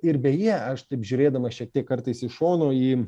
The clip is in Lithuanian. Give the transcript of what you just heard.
ir beje aš taip žiūrėdamas šiek tiek kartais iš šono į